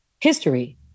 history